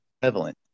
prevalent